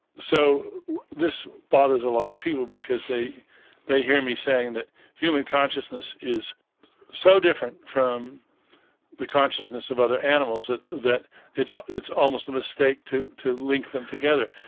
so this bothers a lot of people, because they they hear me saying that human consciousness is so different from the consciousness of other animals that that it's ah it's almost a mistake to to link them together.